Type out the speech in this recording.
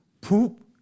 Poop